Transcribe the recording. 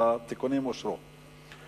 התיקונים אושרו.